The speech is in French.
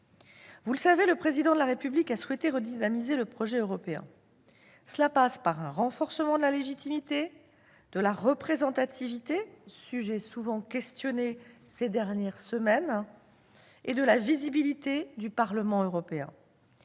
Vous le savez, le Président de la République a souhaité redynamiser le projet européen. Cela passe par un renforcement de la légitimité, de la représentativité- sujet souvent débattu ces dernières semaines -et de la visibilité du Parlement européen.